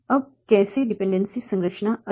अब कैसे डिपेंडेंसी संरचना अलग है